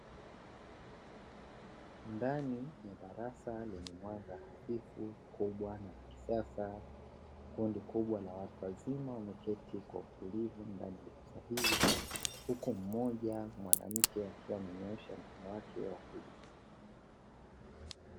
Ndani ya darasa lenye mwanga hafifu kubwa na la kisasa, kundi kubwa la watu wazima wameketi kwa utulivu ndani ya darasa hili, huku mmoja mwanamke akiwa amenyoosha mkono wake wa kulia.